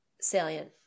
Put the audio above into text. salient